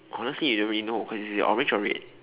honestly you already know so is it orange or red